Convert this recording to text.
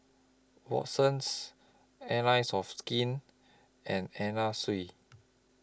Watsons Allies of Skin and Anna Sui